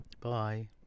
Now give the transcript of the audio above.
Bye